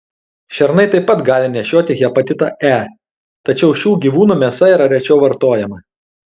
šernai taip pat gali nešioti hepatitą e tačiau šių gyvūnų mėsa yra rečiau vartojama